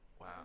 Wow